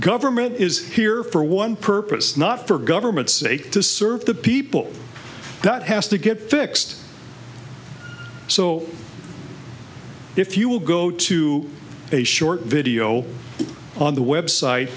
government is here for one purpose not for government sake to serve the people that has to get fixed so if you will go to a short video on the website